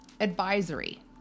advisory